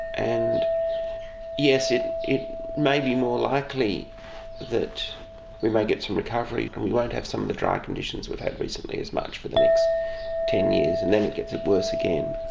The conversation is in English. and yes, it it may be more likely that we may get some recovery, and we won't have some of the dry conditions we've had recently as much for the next ten years, and then it gets worse again.